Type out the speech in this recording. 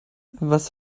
was